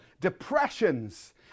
depressions